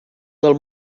del